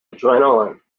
adrenaline